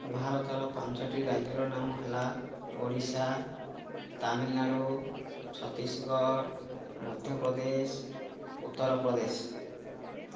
ଭାରତର ପାଞ୍ଚୋଟି ରାଜ୍ୟର ନାମ ହେଲା ଓଡ଼ିଶା ତାମିଲନାଡ଼ୁ ଛତିଶଗଡ଼ ମଧ୍ୟପ୍ରଦେଶ ଉତ୍ତରପ୍ରଦେଶ